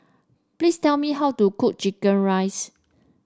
please tell me how to cook chicken rice